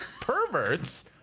perverts